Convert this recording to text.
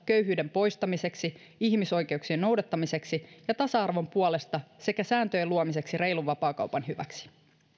poistamiseksi ihmisoikeuksien noudattamiseksi tasa arvon puolesta sekä sääntöjen luomiseksi reilun vapaakaupan hyväksi